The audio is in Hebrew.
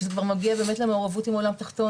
כשזה כבר מגיע למעורבות עם עולם תחתון,